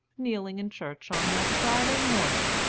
kneeling in church on that friday morning,